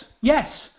yes